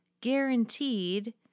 guaranteed